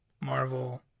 Marvel